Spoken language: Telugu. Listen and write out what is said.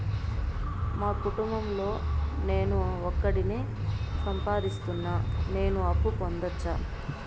మా కుటుంబం లో నేను ఒకడినే సంపాదిస్తున్నా నేను అప్పు పొందొచ్చా